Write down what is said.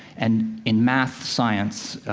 and in math, science,